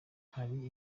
hari